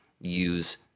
use